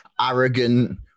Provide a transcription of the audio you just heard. arrogant